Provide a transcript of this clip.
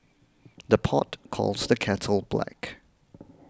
the pot calls the kettle black